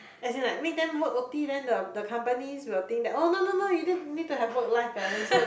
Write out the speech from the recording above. as in like make them work O_T then the the companies will think that oh no no no you did you need to have work like balance so